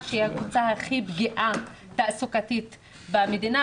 שהיא הקבוצה הכי פגיעה תעסוקתית במדינה,